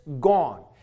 gone